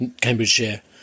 Cambridgeshire